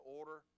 order